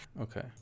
Okay